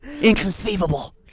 Inconceivable